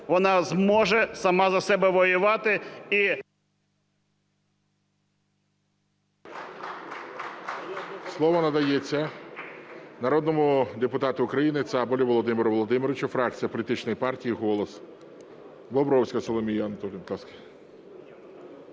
вона зможе сама за себе воювати і … ГОЛОВУЮЧИЙ. Слово надається народному депутату України Цабалю Володимиру Володимировичу, фракція політичної партії "Голос". Бобровська Соломія Анатоліївна,